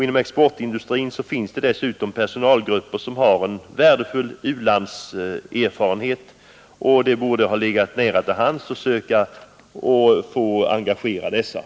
Inom exportindustrin finns dessutom personalgrupper med värdefull u-landserfarenhet, och det borde legat nära till hands att försöka engagera dessa.